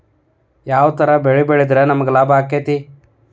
ಯಾವ ತರ ಬೆಳಿ ಬೆಳೆದ್ರ ನಮ್ಗ ಲಾಭ ಆಕ್ಕೆತಿ?